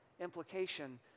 Implication